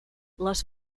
les